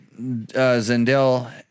Zendel